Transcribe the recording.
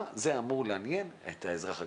מה זה אמור לעניין את האזרח הקטן?